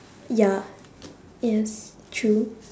ya yes true